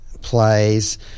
plays